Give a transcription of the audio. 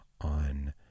on